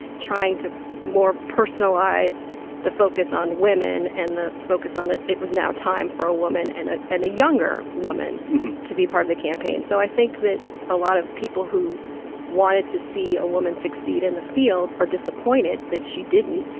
trying to more personalize the focus on women and the focus on that it was now time for a woman and and a younger woman to be part of the campaign so i think that a lot of people who wanted to see a woman succeed in the field are disappointed that she didn't.